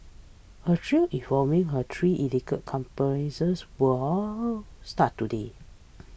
a trial involving her three alleged accomplices will all start today